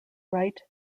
rite